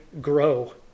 grow